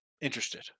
interested